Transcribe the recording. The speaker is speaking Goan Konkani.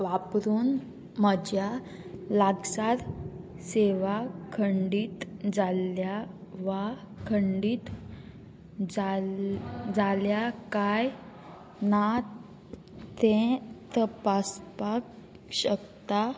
वापरून म्हज्या लागसार सेवा खंडीत जाल्ल्या वा खंडीत जाल जाल्या काय ना तें तपासपाक शकता